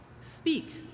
speak